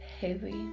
heavy